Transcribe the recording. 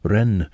Ren